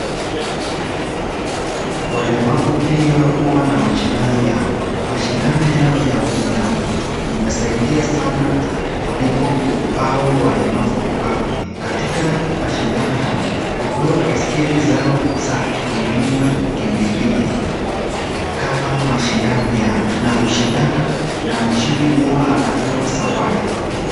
Walemavu pia huwa na mashindano yao mashindano yao ya ulemavu umesaidia sana kuliko ku awo walemavu kukaaa bure katika mashindano hao hupewa baisikele zao za kutumia kukimbilia kama mashindano yao na Ushindana na mshindi huwa anapewa sawadi